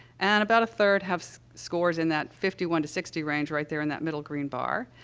and about a third have scores in that fifty one to sixty range, right there in that middle green bar,